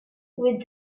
with